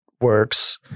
works